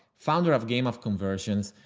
founder of game of conversions,